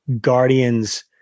guardians